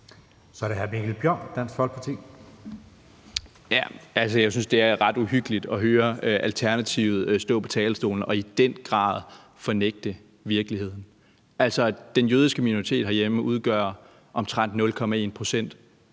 Kl. 16:32 Mikkel Bjørn (DF): Jeg synes, det er ret uhyggeligt at høre Alternativet stå på talerstolen og i den grad fornægte virkeligheden. Den jødiske minoritet herhjemme udgør omtrent 0,1 pct.